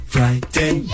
Friday